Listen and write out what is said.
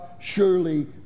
surely